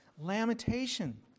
lamentation